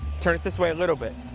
turn it this way a little bit.